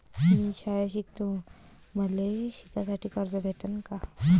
मी शाळा शिकतो, मले शिकासाठी कर्ज भेटन का?